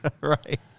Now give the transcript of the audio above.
right